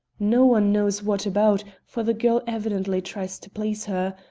no one knows what about, for the girl evidently tries to please her.